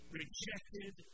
rejected